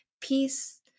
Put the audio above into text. peace